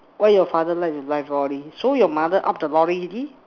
why your father like to buy four D so your mother up the lorry already